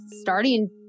starting